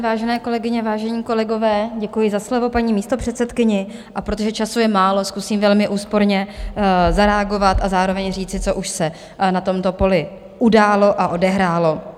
Vážené kolegyně, vážení kolegové, děkuji za slovo paní místopředsedkyni, a protože času je málo, zkusím velmi úsporně zareagovat a zároveň říci, co už se na tomto poli událo a odehrálo.